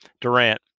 Durant